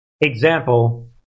example